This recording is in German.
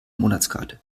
monatskarte